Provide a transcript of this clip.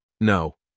No